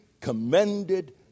commended